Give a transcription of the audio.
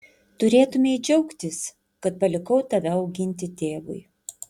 turėtumei džiaugtis kad palikau tave auginti tėvui